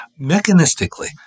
Mechanistically